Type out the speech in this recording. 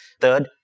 Third